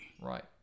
Right